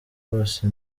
bose